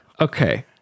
Okay